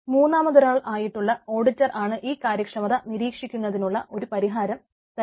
മൂന്നാമതൊരാൾ ആയിട്ടുള്ള ഓഡിറ്റർ ആണ് ഈ കാര്യക്ഷമത നിരീക്ഷിക്കുന്നതിനുള്ള ഒരു പരിഹാരം തരുന്നത്